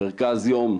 מרכז יום,